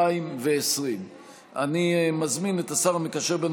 בנובמבר 2020. אני מזמין את השר המקשר בין